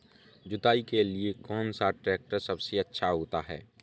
जुताई के लिए कौन सा ट्रैक्टर सबसे अच्छा होता है?